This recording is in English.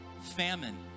famine